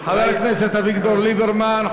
חבר הכנסת אביגדור ליברמן.